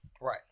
right